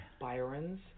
byron's